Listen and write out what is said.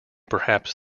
perhaps